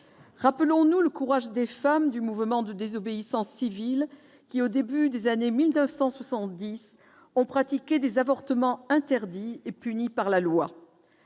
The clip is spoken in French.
Rappelons-nous le courage des femmes du mouvement de désobéissance civile qui, au début des années 1970, ont pratiqué des avortements interdits et punis par la loi.